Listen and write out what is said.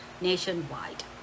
nationwide